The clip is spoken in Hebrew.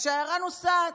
והשיירה נוסעת.